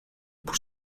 por